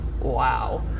Wow